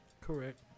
correct